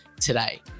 today